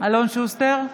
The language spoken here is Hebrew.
אלון שוסטר,